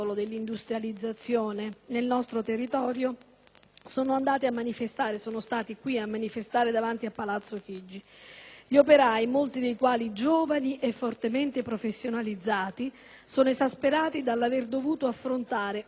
nel nostro territorio, sono stati qui a manifestare davanti a Palazzo Chigi. Gli operai, molti dei quali giovani e fortemente professionalizzati, sono esasperati dall'aver dovuto affrontare uno dei periodi più lunghi di cassa integrazione.